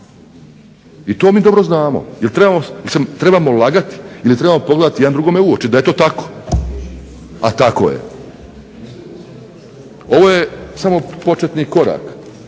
I to mi dobro znamo. Jer trebamo lagati ili trebamo pogledati jedan drugome u oči da je to tako? A tako je. Ovo je samo početni korak,